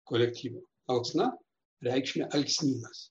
kolektyvo alksna reikšme alksnynas